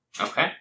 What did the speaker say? Okay